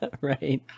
Right